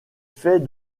fait